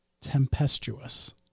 tempestuous